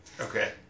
Okay